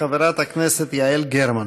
חברת הכנסת יעל גרמן,